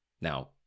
Now